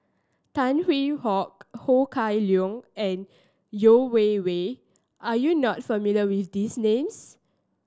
Tan Hwee Hock Ho Kah Leong and Yeo Wei Wei are you not familiar with these names